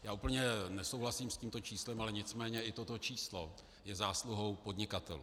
Já úplně nesouhlasím s tímto číslem, ale nicméně i toto číslo je zásluhou podnikatelů.